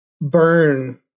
burn